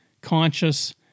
conscious